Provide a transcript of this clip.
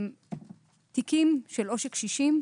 תיקים של עושק קשישים,